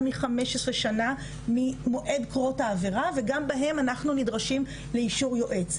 מ-15 שנה ממועד קרות העבירה וגם בהם אנחנו נדרשים לאישור יועץ,